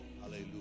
hallelujah